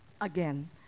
again